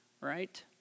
right